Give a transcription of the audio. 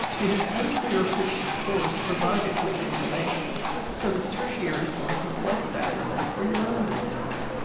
it is unclear which source provided which information so this tertiary source is less valuable for your own research